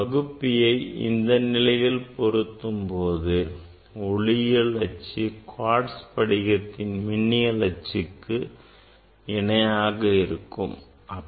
பகுப்பியை இந்த நிலையில் பொருத்தும் போது ஒளியியல் அச்சு குவாட்ஸ் படிகத்தின் மின்னியல் அச்சுக்கு இணையாக இருக்கும்